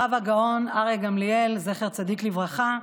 הרב הגאון אריה גמליאל, זכר צדיק לברכה,